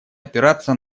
опираться